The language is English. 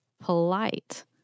polite